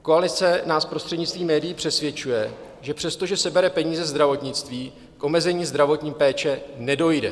Koalice nás prostřednictvím médií přesvědčuje, že přestože sebere peníze zdravotnictví, k omezení zdravotní péče nedojde.